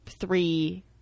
three